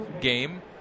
game